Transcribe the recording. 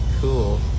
cool